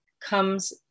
comes